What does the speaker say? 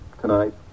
tonight